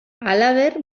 halaber